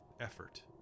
effort